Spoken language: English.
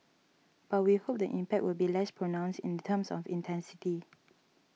but we hope the impact will be less pronounced in terms of intensity